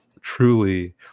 Truly